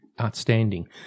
outstanding